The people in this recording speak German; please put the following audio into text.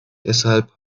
deshalb